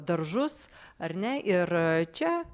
daržus ar ne ir čia